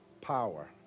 power